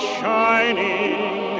shining